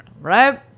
right